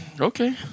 Okay